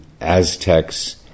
Aztecs